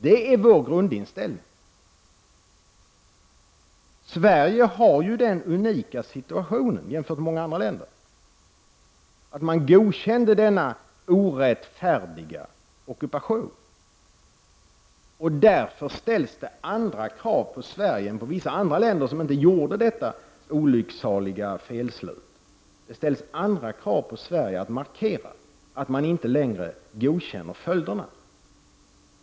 Det är vår grundinställning. Sverige har ju den unika situationen jämfört med många andra länder att man godkände denna orättfärdiga ockupation. Därför ställs det andra krav på Sverige än på vissa andra länder som inte gjorde detta olycksaliga felslut. Det ställs andra krav på Sverige att markera att man inte längre godkänner följderna.